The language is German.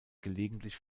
gelegentlich